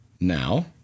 Now